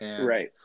Right